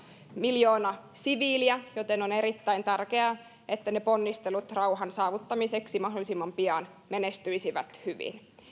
miljoona siviiliä joten on erittäin tärkeää että ne ponnistelut rauhan saavuttamiseksi mahdollisimman pian menestyisivät hyvin